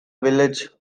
village